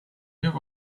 have